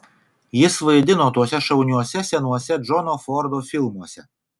jis vaidino tuose šauniuose senuose džono fordo filmuose